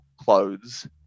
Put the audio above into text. clothes